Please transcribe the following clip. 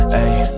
ayy